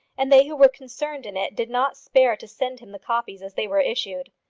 and they who were concerned in it did not spare to send him the copies as they were issued.